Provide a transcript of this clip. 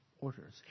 orders